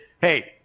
Hey